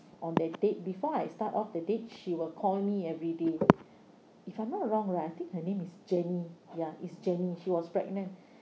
on that date before I start off the date she will call me every day if I'm not wrong right I think her name is jenny ya it's jenny she was pregnant